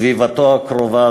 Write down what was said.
סביבתו הקרובה,